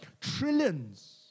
trillions